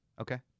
Okay